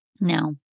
Now